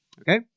Okay